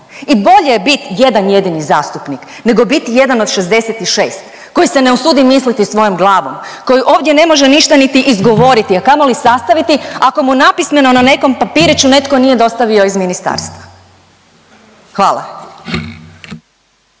I bolje je bit jedan jedini zastupnik nego bit jedan od 66 koji se ne usudi misliti svojom glavom, koji ovdje ne može ništa niti izgovoriti, a kamoli sastaviti ako mu napismeno na nekom papiriću netko nije dostavio iz ministarstva, hvala.